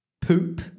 poop